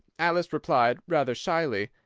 alice replied, rather shyly,